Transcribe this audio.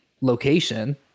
location